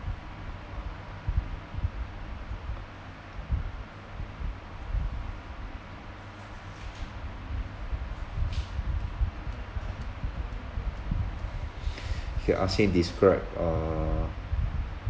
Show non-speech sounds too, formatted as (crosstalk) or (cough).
(noise) here ask say describe a